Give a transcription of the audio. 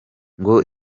ngo